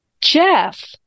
Jeff